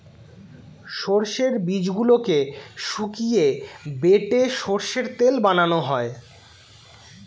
সর্ষের বীজগুলোকে শুকিয়ে বেটে সর্ষের তেল বানানো হয়